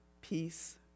peace